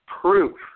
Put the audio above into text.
proof